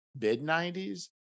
mid-90s